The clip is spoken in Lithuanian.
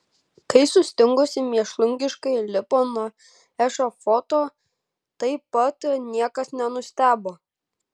kai sustingusi mėšlungiškai lipo nuo ešafoto taip pat niekas nenustebo